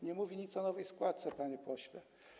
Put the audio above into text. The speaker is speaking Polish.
Nie mówi nic o nowej składce, panie pośle.